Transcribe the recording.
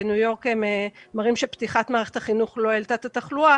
בניו-יורק הם מראים שפתיחת מערכת החינוך לא העלתה את התחלואה